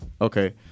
Okay